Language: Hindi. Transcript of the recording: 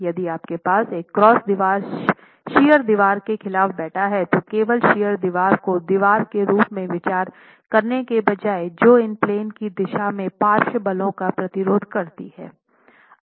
यदि आपके पास एक क्रॉस दीवार शियर दीवार के खिलाफ बैठे हैं तो केवल शियर दीवार को दीवार के रूप में विचार करने के बजाए जो इन प्लेन की दिशा में पार्श्व बलों का प्रतिरोध करती है